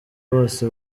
bose